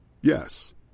Yes